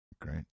Great